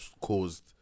caused